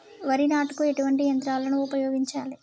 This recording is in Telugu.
వరి నాటుకు ఎటువంటి యంత్రాలను ఉపయోగించాలే?